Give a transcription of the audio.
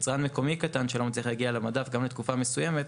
יצרן מקומי קטן שלא מצליח להגיע למדף גם לתקופה מסוימת,